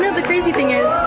the crazy thing is,